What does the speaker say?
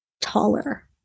taller